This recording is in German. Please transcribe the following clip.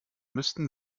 müssten